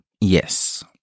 Yes